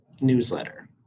newsletter